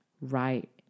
right